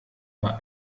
war